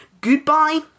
goodbye